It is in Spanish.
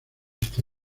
este